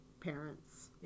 parents